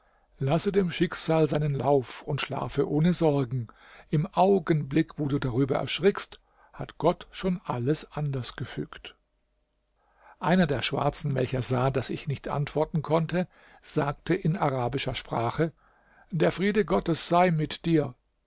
lasse dem schicksal seinen lauf und schlafe ohne sorgen im augenblick wo du darüber erschrickst hat gott schon alles anders gefügt einer der schwarzen welcher sah daß ich nicht antworten konnte sagte in arabischer sprache der friede gottes sei mit dir